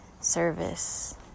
service